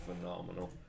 phenomenal